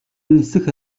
нисэх